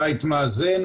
אני